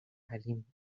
حلیم